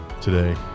today